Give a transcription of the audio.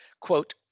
Quote